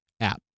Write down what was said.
app